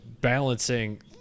balancing